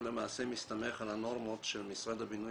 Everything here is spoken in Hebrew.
הוא למעשה מסתמך על הנורמות של משרד הבינוי